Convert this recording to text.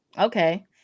Okay